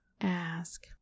ask